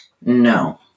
No